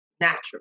natural